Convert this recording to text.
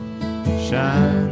shine